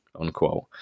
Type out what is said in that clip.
unquote